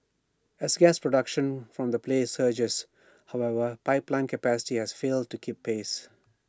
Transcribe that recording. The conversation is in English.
as gas production from the play surges however pipeline capacity has failed to keep pace